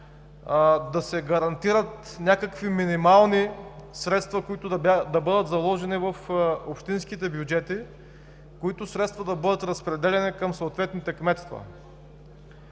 да се гарантират някакви минимални средства, които да бъдат заложени в общинските бюджети, които средства да бъдат разпределени към съответните кметства.